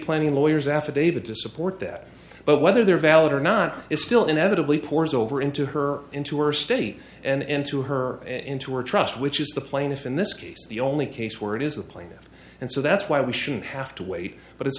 planning lawyers affidavit to support that but whether they're valid or not is still inevitably pours over into her into her state and into her into a trust which is the plaintiff in this case the only case where it is a plaintiff and so that's why we shouldn't have to wait but it's